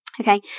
Okay